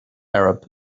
arab